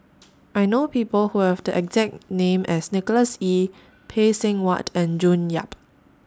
I know People Who Have The exact name as Nicholas Ee Phay Seng Whatt and June Yap